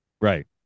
Right